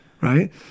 Right